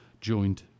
joined